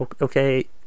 Okay